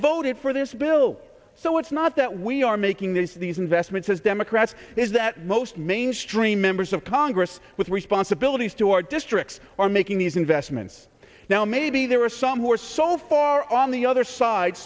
voted for this bill so it's not that we are making these these investments as democrats is that most mainstream members of congress with responsibilities to our districts are making these investments now maybe there are some or so far on the other side